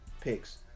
picks